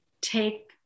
take